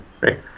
right